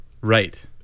Right